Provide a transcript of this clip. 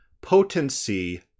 potency